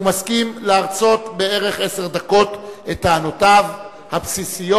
הוא מסכים להרצות בערך עשר דקות את טענותיו הבסיסיות,